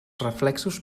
reflexos